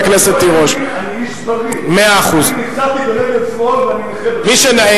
אני איש בריא, נפצעתי ברגל שמאל ואני נכה בשמאל.